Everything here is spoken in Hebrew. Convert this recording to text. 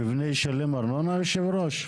הרשימה הערבית המאוחדת): יושב- הראש,